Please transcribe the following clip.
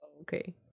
Okay